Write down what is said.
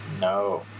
No